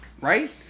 right